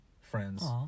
friends